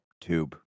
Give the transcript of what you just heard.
tube